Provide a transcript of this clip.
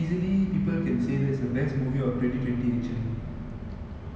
uh the story is about india's first budget airline it's called deccan air